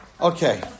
Okay